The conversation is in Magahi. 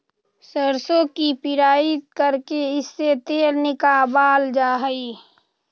सरसों की पिड़ाई करके इससे तेल निकावाल जा हई